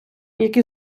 які